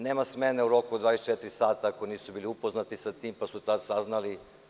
Nema smene u roku od 24 sata ako nisu bili upoznati sa tim, pa su tada saznali.